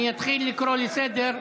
אני אתחיל לקרוא לסדר.